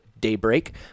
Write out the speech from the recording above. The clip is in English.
Daybreak